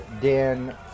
Dan